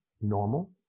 normal